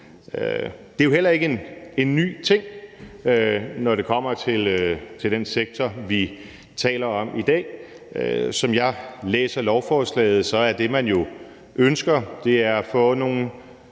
Det er jo heller ikke en ny ting, når det kommer til den sektor, vi taler om i dag. Som jeg læser lovforslaget, er det, man jo ønsker, at få nogle